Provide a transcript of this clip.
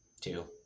two